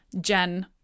Jen